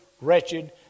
wretched